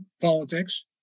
politics